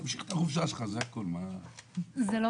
תמשיך את החופשה שלך.